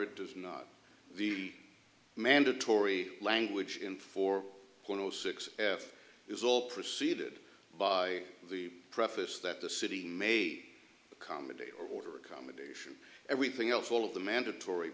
it does not the mandatory language in four point zero six f is all preceded by the preface that the city may accommodate order accommodation everything else all of the mandatory